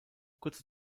kurze